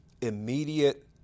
immediate